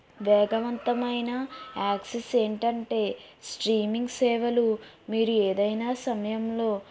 వేగవంతమైన యాక్సిస్ ఏమిటంటే స్ట్రీమింగ్ సేవలు మీరు ఏదైనా సమయంలో